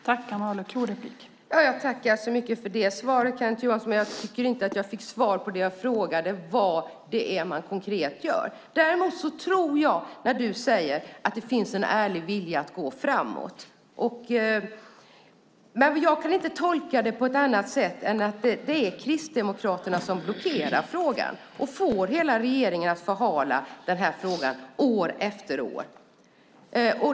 Fru talman! Jag tackar så mycket för det svaret, Kenneth Johansson, men jag tycker inte att jag fick svar på min fråga vad det är man konkret gör. Däremot tror jag på dig när du säger att det finns en ärlig vilja att gå framåt. Jag kan inte tolka det på något annat sätt än att det är Kristdemokraterna som blockerar frågan och får hela regeringen att förhala den år efter år.